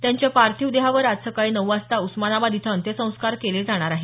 त्यांच्या पार्थिव देहावर आज सकाळी नऊ वाजता उस्मानाबाद इथं अंत्यसंस्कार केले जाणार आहेत